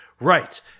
right